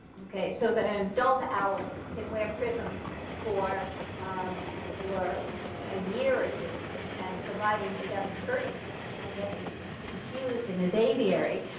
so that an adult owl can wear prisms for um for a year or two and, providing he doesn't hurt himself by getting confused in his aviary,